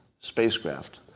spacecraft